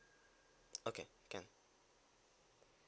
okay can